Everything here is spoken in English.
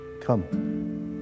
Come